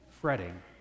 fretting